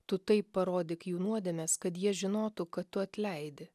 tu taip parodyk jų nuodėmes kad jie žinotų kad tu atleidi